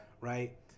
Right